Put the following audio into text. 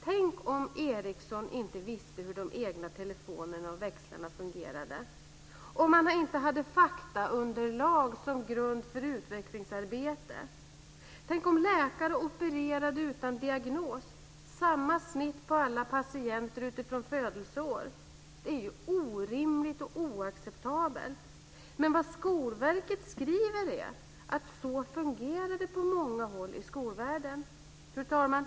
Tänk om Ericsson inte visste hur de egna telefonerna och växlarna fungerade! Om man inte hade faktaunderlag som grund för utvecklingsarbetet! Tänk om läkare opererade utan diagnos! Samma snitt på alla patienter utifrån födelseår. Det är orimligt, och det är oacceptabelt. Men vad Skolverket skriver är att så fungerar det på många håll i skolvärlden. Fru talman!